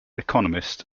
economist